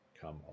come